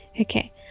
Okay